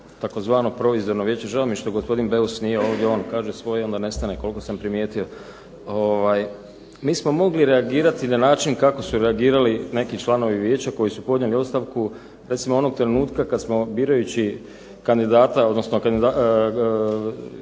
tzv. provizorno vijeće. Žao mi je što gospodin Beus nije ovdje. On kaže svoje i onda nestane koliko sam primijetio. Mi smo mogli reagirati na način kako su reagirali neki članovi Vijeća koji su podnijeli ostavku, recimo onog trenutka kad smo birajući kandidata, odnosno osobu za